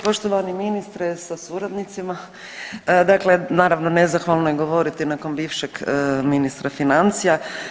Poštovani ministre sa suradnicima, dakle naravno nezahvalno je govoriti nakon bivšeg ministra financija.